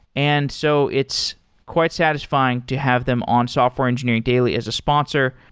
and so it's quite satisfying to have them on software engineering daily as a sponsor.